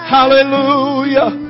Hallelujah